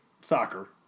soccer